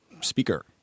speaker